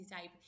type